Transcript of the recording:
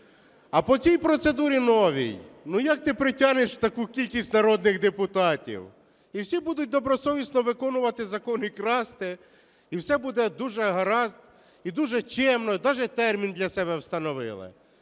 А по цій процедурі новій як ти притягнеш таку кількість народних депутатів? І всі будуть добросовісно виконувати закон, і красти, і все буде дуже гаразд і дуже чемно, і даже термін для себе встановили.